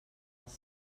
als